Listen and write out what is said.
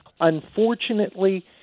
Unfortunately